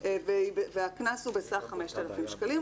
והקנס הוא בסך 5,000 שקלים.